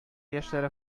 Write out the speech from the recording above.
яшьләре